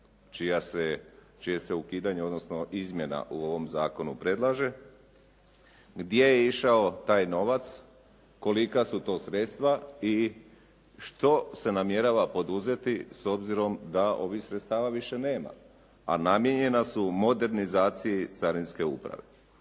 čije se ukidanje odnosno izmjena u ovom zakonu predlaže. Gdje je išao taj novac, kolika su to sredstva i što se namjerava poduzeti s obzirom da ovih sredstava više nema a namijenjena su modernizaciji carinske uprave.